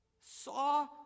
saw